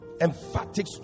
emphatic